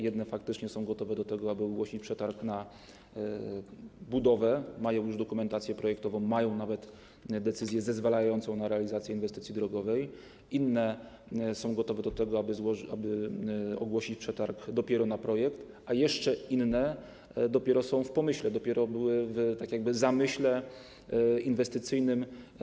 Jedne faktycznie są gotowe do tego, aby ogłosić przetarg na budowę, mają już dokumentację projektową, mają nawet decyzję zezwalającą na realizację inwestycji drogowej, inne są gotowe do tego, aby ogłosić przetarg dopiero na projekt, a jeszcze inne dopiero są na etapie pomysłu, dopiero tak jakby w zamyśle inwestycyjnym.